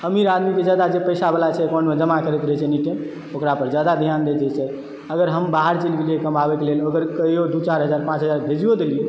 अमीर आदमीके जादा जे पैसावला छै अकाउंटमे जमा करैत रहैत छै एनीटाइम ओकरा पर जादा ध्यान दै छै ईसभ अगर हम बाहर चलि गेलियै कमाबयके लेल अगर कहिओ दू चारि हजार पाँच हजार भेजिओ देलियै